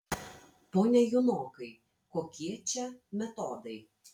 pone junokai kokie čia metodai